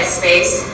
space